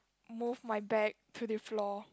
move my bag to the floor